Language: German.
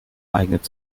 eignet